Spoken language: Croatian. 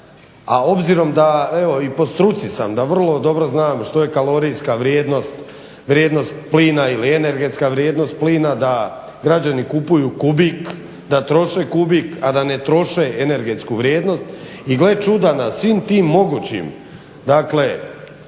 a obzirom da evo i po struci sam da vrlo dobro znam što je kalorijska vrijednost plina ili energetska vrijednost plina da građani kupuju kubik, da troše kubik, a da ne troše energetsku vrijednost. I gle čuda, na svim tim mogućim, dakle